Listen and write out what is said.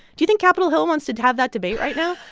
do you think capitol hill wants to to have that debate right now,